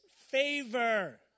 favor